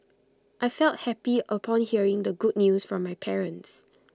I felt happy upon hearing the good news from my parents